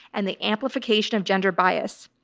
and the amplification of gender bias.